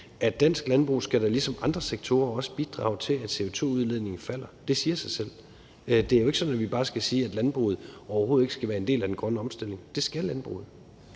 at dansk landbrug ligesom andre sektorer også skal bidrage til, at CO2-udledningen falder. Det siger sig selv. Det er jo ikke sådan, at vi bare skal sige, at landbruget overhovedet ikke skal være en del af den grønne omstilling. Det skal landbruget.